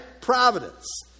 Providence